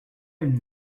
une